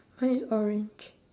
white and orange